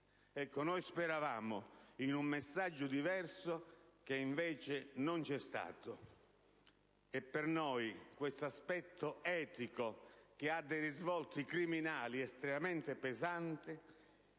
Noi speravamo in un messaggio diverso, che invece non c'è stato, mentre per noi questo aspetto etico, che ha dei risvolti criminali estremamente pesanti,